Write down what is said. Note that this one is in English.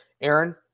Aaron